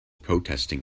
protesting